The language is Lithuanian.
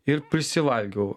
ir prisivalgiau